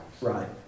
Right